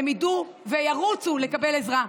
הם ידעו וירוצו לקבל עזרה.